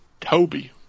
Toby